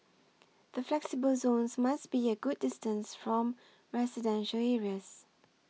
the flexible zones must be a good distance from residential areas